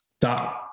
dot